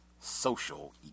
social